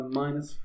minus